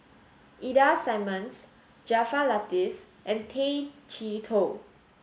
Ida Simmons Jaafar Latiff and Tay Chee Toh